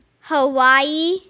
Hawaii